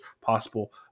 possible